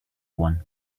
one